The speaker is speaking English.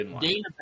Dana